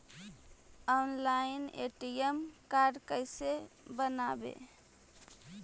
Online ATM card कैसे बनाबौ?